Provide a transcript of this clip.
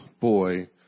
boy